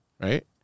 Right